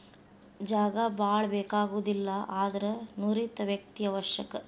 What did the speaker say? ಜಾಗಾ ಬಾಳ ಬೇಕಾಗುದಿಲ್ಲಾ ಆದರ ನುರಿತ ವ್ಯಕ್ತಿ ಅವಶ್ಯಕ